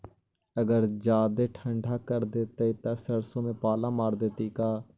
अगर जादे ठंडा कर देतै तब सरसों में पाला मार देतै का?